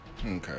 Okay